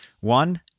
one